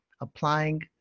applying